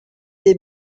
des